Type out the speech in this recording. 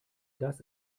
dass